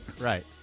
Right